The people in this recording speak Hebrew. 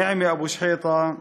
נעמה אבו שחיטה,